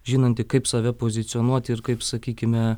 žinantį kaip save pozicionuoti ir kaip sakykime